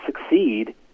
succeed